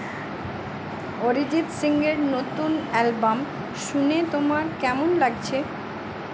অরিজিৎ সিং এর নতুন অ্যালবাম শুনে তোমার কেমন লাগছে